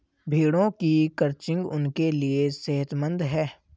भेड़ों की क्रचिंग उनके लिए सेहतमंद है